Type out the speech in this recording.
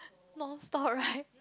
non stop right